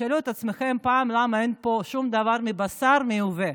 תשאלו את עצמכם פעם למה אין פה שום דבר מבשר מיובא,